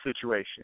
situation